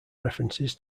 references